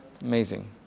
Amazing